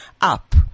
up